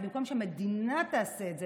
אז במקום שהמדינה תעשה את זה,